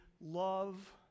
love